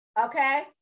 okay